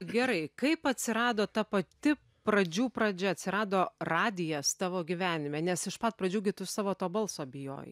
gerai kaip atsirado ta pati pradžių pradžia atsirado radijas tavo gyvenime nes iš pat pradžių gi tu savo to balso bijojai